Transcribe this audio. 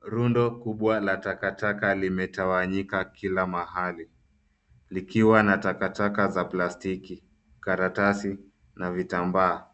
Rundo kubwa la takataka limetawanyika kila mahali likiwa na takataka za plastiki, karatasi na vitambaa.